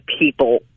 people